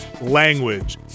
language